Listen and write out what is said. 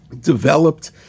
developed